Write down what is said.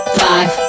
five